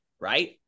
right